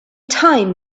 time